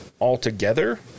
altogether